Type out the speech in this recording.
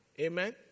Amen